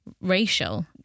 racial